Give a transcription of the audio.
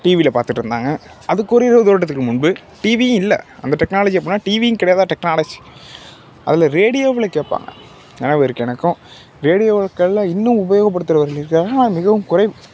டீவியில் பார்த்துட்டு இருந்தாங்க அதுக்கு ஒரு இருபது வருடத்திற்கு முன்பு டீவியும் இல்லை அந்த டெக்னாலஜி அப்போல்லாம் டீவியும் கிடையாது டெக்னாலஜி அதில் ரேடியோவில் கேட்பாங்க நினைவு இருக்குது எனக்கும் ரேடியோக்களில் இன்னும் உபயோகப்படுத்துவர்கள் இருக்காங்க ஆனால் மிகவும் குறைவு